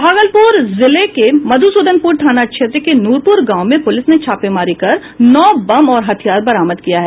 भागलपुर जिले के मधुसूदनपुर थाना क्षेत्र के नूरपुर गांव में पुलिस ने छापेमारी कर नौ बम और हथियार बरामद किया है